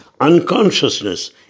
unconsciousness